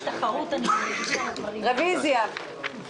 שמים לנו אותם שבויים בתוך תקנה אחת